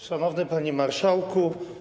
Szanowny Panie Marszałku!